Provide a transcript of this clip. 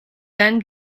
then